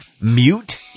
mute